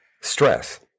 Stress